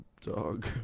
dog